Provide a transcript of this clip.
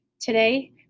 Today